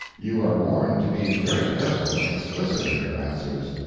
you are warned to be very careful and explicit in your answers,